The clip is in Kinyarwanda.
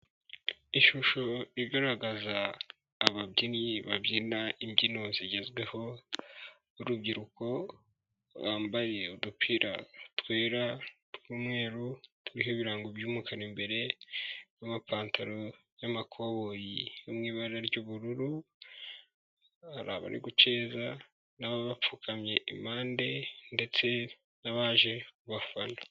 Ishusho igaragaza ababyinnyi babyina imbyino zigezweho, urubyiruko bambaye udupira twera tw'umweru, turiho ibirango by'umukara imbere n'amapantaro y'amakoboyi ari mu ibara ry'ubururu, hari abari guceza n'ababapfukamye impande ndetse n'abaje kubafana.